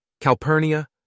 Calpurnia